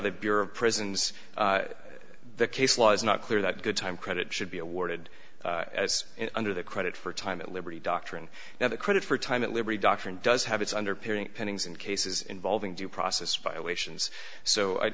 the bureau of prisons the case law is not clear that good time credit should be awarded as under the credit for time at liberty doctrine now the credit for time at liberty doctrine does have its underpinning paintings and cases involving due process violations so i